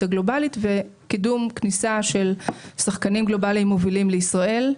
הגלובלית וקידום כניסה של שחקנים גלובליים מובילים לישראל.